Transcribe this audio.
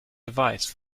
device